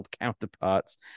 counterparts